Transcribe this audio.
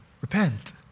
repent